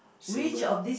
symbol